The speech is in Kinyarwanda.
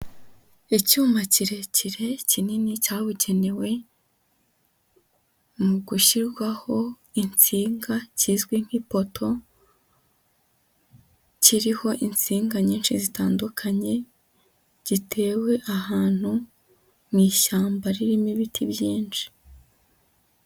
Icyuma kirekire kinini cyabugenewe mu gushyirwaho insinga kizwi nk'ipoto, kiriho insinga nyinshi zitandukanye, gitewe ahantu mu ishyamba ririmo ibiti byinshi.